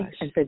Yes